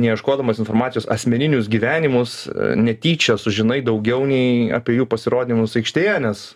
neieškodamas informacijos asmeninius gyvenimus netyčia sužinai daugiau nei apie jų pasirodymus aikštėje nes